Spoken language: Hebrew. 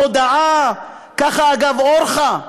בהודעה, ככה, אגב אורחא.